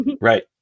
Right